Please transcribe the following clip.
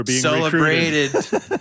celebrated